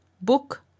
book